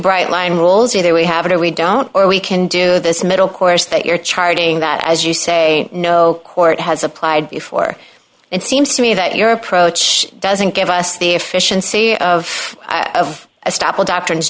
bright line rules either we have it or we don't or we can do this middle course that you're charging that as you say no court has applied for it seems to me that your approach doesn't give us the efficiency of a stop or doctrines